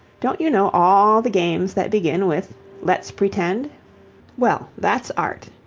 don't you know all the games that begin with let's pretend' well, that's art.